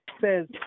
says